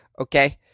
okay